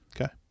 Okay